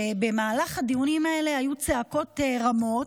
שבמהלך הדיונים האלה היו צעקות רמות,